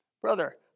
brother